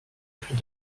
plus